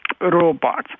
robots